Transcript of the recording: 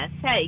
Hey